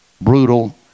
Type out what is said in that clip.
brutal